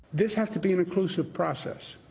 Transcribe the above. this has to be an inclusive process.